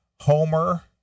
Homer